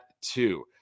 two